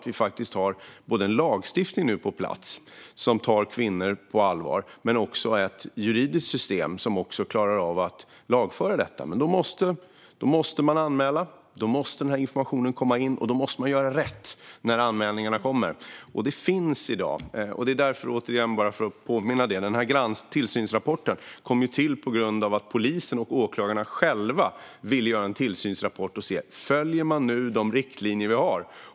Vi har nu en lagstiftning på plats som tar kvinnor på allvar, och vi har också ett juridiskt system som klarar av att lagföra detta. Men då måste människor anmäla. Denna information måste komma in, och man måste göra rätt när anmälningarna kommer. Detta finns i dag. Återigen, bara för att påminna: Tillsynsrapporten kom till på grund av att polisen och åklagarna själva ville göra en tillsynsrapport och se om man följde de riktlinjer som fanns.